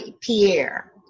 Pierre